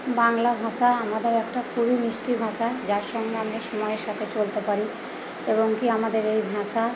বাংলা ভাষা আমাদের একটা খুবই মিষ্টি ভাষা যার সঙ্গে আমরা সময়ের সাথে চলতে পারি এবং কি আমাদের এই ভাষা